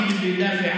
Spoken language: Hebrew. מי שידבר,